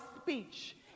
speech